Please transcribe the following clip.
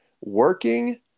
working